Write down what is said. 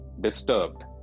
disturbed